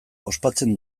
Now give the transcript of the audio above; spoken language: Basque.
ospatzen